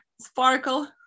sparkle